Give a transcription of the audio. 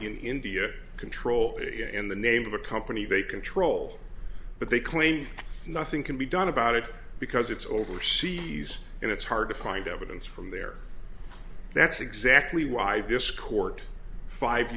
in india control in the name of a company they control but they claim nothing can be done about it because it's overseas and it's hard to find evidence from there that's exactly why this court five